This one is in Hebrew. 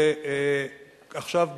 עכשיו,